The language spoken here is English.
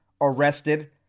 arrested